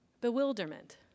bewilderment